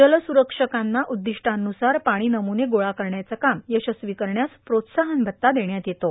जलसुरक्षकांना उद्दिष्टानुसार पाणीनमुने गोळा करण्याचे काम यशस्वी करण्यास प्रोत्साहन भत्ता देण्यात येतो